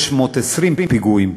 620 פיגועים,